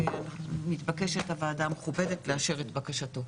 ומתבקשת הוועדה המכובדת לאשר את בקשתו.